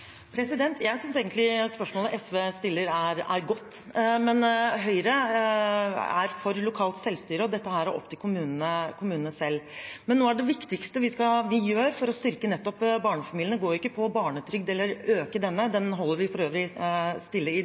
Jeg synes egentlig spørsmålet SV stiller, er godt, men Høyre er for lokalt selvstyre. Dette er opp til kommunene selv. Noe av det viktigste vi gjør for å styrke barnefamiliene, går ikke på barnetrygd eller på å øke denne ? den holder vi for øvrig stille i